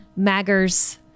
maggers